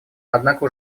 однако